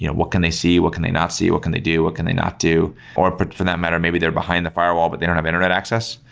you know what can they see? what can they not see? what can they do what can they not do? for for that matter, maybe they're behind the firewall but they don't have internet access.